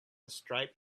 striped